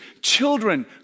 children